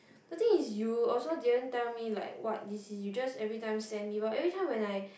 the thing is you also didn't tell me like what this is you just everytime send me but everytime when I